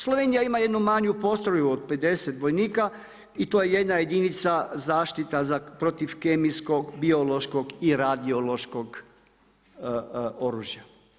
Slovenija ima jednu manju postrojbu od 50 vojnika i to je jedna jedinica zaštita protiv kemijskog biološkog i radiološkog oružja.